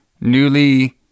newly